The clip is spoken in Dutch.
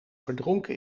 verdronken